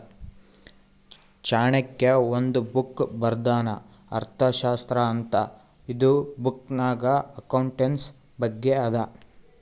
ಚಾಣಕ್ಯ ಒಂದ್ ಬುಕ್ ಬರ್ದಾನ್ ಅರ್ಥಶಾಸ್ತ್ರ ಅಂತ್ ಇದು ಬುಕ್ನಾಗ್ ಅಕೌಂಟ್ಸ್ ಬಗ್ಗೆ ಅದಾ